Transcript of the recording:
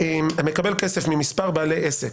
"המקבל כסף ממספר בעלי עסק".